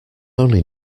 only